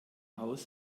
haus